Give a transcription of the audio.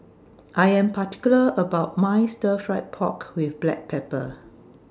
I Am particular about My Stir Fried Pork with Black Pepper